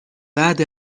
بعد